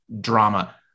drama